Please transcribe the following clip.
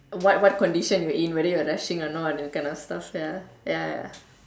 what what condition you're in whether you are rushing or not those kind of stuff ya ya ya